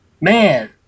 man